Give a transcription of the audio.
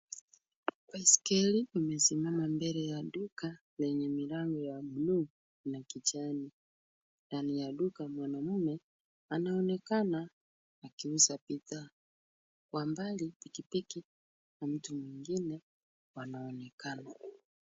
Baiskeli imesimama mbele ya duka lenye milango ya buluu na kijani. Ndani ya duka mwanaume anaonekana akiuza bidhaa. Kwa mbali pikipiki na mtu mwingine wanaonekana.